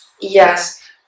Yes